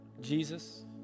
Jesus